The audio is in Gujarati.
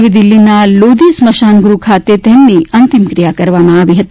નવી દિલ્હીના લોધી સ્મશાનગૃહ ખાતે તેમની અંતિમ ક્રિયા કરવામાં આવી હતી